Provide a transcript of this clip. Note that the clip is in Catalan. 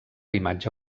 imatge